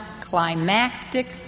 climactic